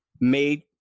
made